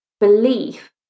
belief